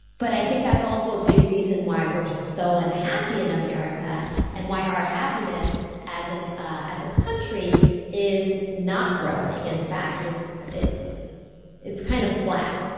but i think that's also a big reason why we're so unhappy in america and why our happiness as and ah as a country is not growing. in fact, it's it's kind of flat.